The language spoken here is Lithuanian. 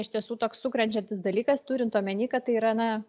iš tiesų toks sukrečiantis dalykas turint omeny kad tai yra na